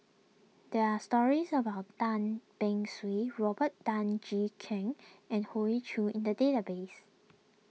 there are stories about Tan Beng Swee Robert Tan Jee Keng and Hoey Choo in the database